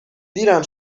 دیرم